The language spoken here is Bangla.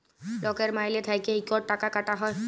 লকের মাইলে থ্যাইকে ইকট টাকা কাটা হ্যয়